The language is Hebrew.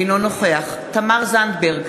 אינו נוכח תמר זנדברג,